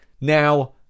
Now